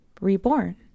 reborn